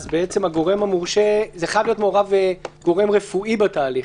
בעצם הגורם המורשה חייב להיות מעורב גורם רפואי בתהליך,